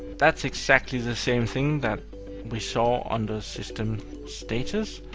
that's exactly the same thing that we saw under system status.